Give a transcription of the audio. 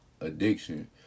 addiction